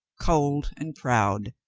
cold and proud,